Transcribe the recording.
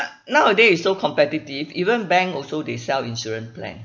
nowadays it's so competitive even bank also they sell insurance plan